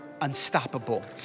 unstoppable